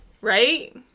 right